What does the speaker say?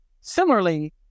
Similarly